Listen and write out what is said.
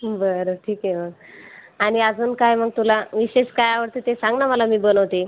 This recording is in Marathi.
बरं ठीक आहे मग आणि अजून काय मग तुला विशेष काय आवडतं ते सांग ना मला मी बनवते